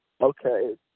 okay